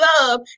love